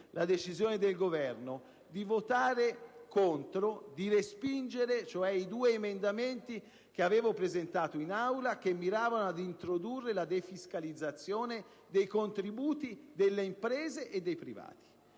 la decisione del Governo di votare contro, di respingere i due emendamenti da me presentati in Aula, che miravano ad introdurre la defiscalizzazione dei contributi delle imprese e dei privati.